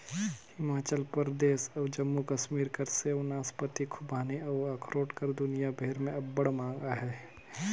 हिमाचल परदेस अउ जम्मू कस्मीर कर सेव, नासपाती, खूबानी अउ अखरोट कर दुनियां भेर में अब्बड़ मांग अहे